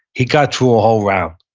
he got through a whole round,